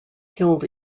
killed